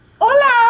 Hola